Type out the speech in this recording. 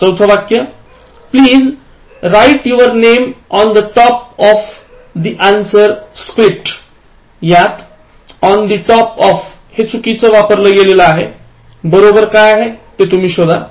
चौथ वाक्य Please write your name on the top of the answer script यात on the top of हे चुकीचं वापरलं आहे बरोबर काय आहे ते शोधा